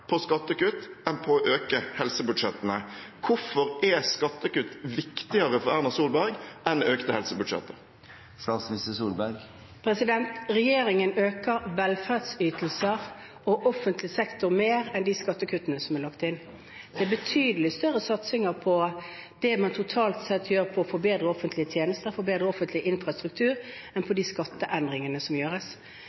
på skattekutt enn på å øke helsebudsjettene. Hvorfor er skattekutt viktigere for Erna Solberg enn økte helsebudsjetter? Regjeringen øker velferdsytelser og offentlig sektor mer enn skattekuttene som er lagt inn. Det er betydelig større satsinger på det man totalt sett gjør for å forbedre offentlige tjenester og forbedre offentlig infrastruktur, enn på